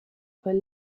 were